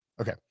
Okay